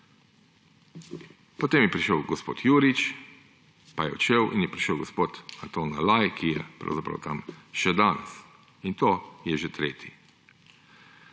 Potem je prišel gospod Jurič, pa je odšel in je prišel gospod Anton Olaj, ki je tam še danes, in ta je že tretji.